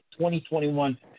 2021